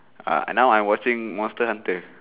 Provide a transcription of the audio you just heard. ah now I'm watching monster hunter